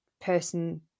person